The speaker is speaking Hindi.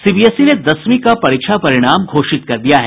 सीबीएसई ने दसवीं का परीक्षा परिणाम घोषित कर दिया है